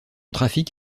trafic